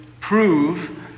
prove